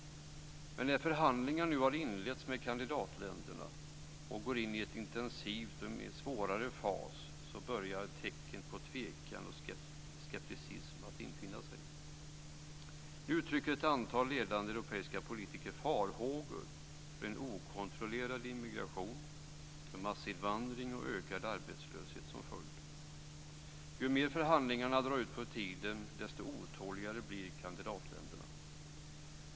Men när förhandlingar nu har inletts med kandidatländerna och går in i en intensiv och svårare fas börjar tecknen på tvekan skepticism att infinna sig. Nu uttrycker ett antal ledande europeiska politiker farhågor för en okontrollerad immigration med massinvandring och ökad arbetslöshet som följd. Ju mer förhandlingarna drar ut på tiden, desto otåligare blir kandidatländerna.